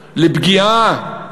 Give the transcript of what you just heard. לפגיעה,